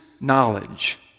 knowledge